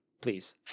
Please